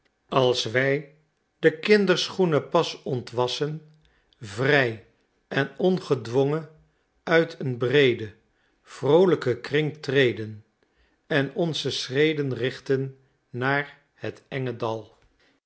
als wij de kinderschoenen pas ontwassen vrij en ongedwongen uit een breeden vroolijken kring treden en onze schreden richten naar het enge dal